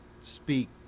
speak